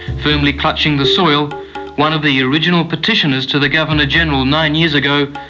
firmly clutching the soil one of the original petitioners to the governor general nine years ago,